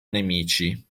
nemici